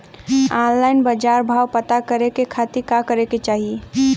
Online बाजार भाव पता करे के खाती का करे के चाही?